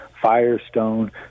Firestone